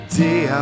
day